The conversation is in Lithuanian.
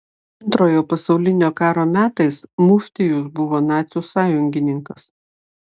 antrojo pasaulinio karo metais muftijus buvo nacių sąjungininkas